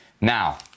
now